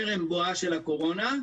טרם בואה של הקורונה,